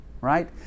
Right